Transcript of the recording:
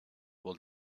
will